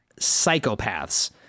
psychopaths